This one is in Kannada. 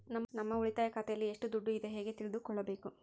ನಮ್ಮ ಉಳಿತಾಯ ಖಾತೆಯಲ್ಲಿ ಎಷ್ಟು ದುಡ್ಡು ಇದೆ ಹೇಗೆ ತಿಳಿದುಕೊಳ್ಳಬೇಕು?